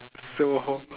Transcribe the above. so